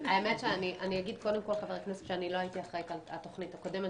אני אגיד שאני לא הייתי אחראית על התוכנית הקודמת